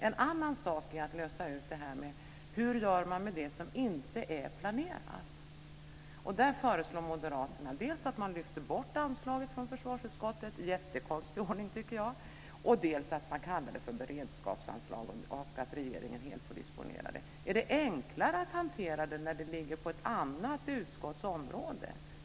En annan sak är att lösa hur man gör med det som inte är planerat. Där föreslår Moderaterna dels att man lyfter bort anslaget från försvarsutskottet - en jättekonstig ordning tycker jag - dels att man kallar det för beredskapsanslag och att regeringen helt får disponera det. Är det enklare att hantera det när det ligger på ett annat utskotts område.